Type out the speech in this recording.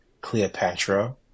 Cleopatra